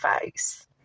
face